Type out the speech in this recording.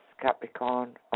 Capricorn